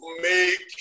make